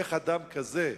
איך אדם כזה,